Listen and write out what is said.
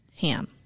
ham